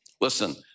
Listen